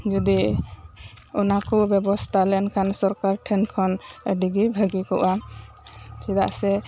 ᱡᱚᱫᱤ ᱚᱱᱟᱠᱩ ᱵᱮᱵᱚᱥᱛᱟ ᱞᱮᱱᱠᱷᱟᱱ ᱥᱚᱨᱠᱟᱨ ᱴᱷᱮᱱ ᱠᱷᱚᱱ ᱟᱹᱰᱤᱜᱤ ᱵᱷᱟᱹᱜᱤ ᱠᱚᱜᱼᱟ ᱪᱮᱫᱟᱜ ᱥᱮ